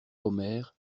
omer